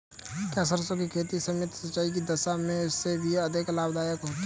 क्या सरसों की खेती सीमित सिंचाई की दशा में भी अधिक लाभदायक फसल है?